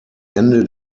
ende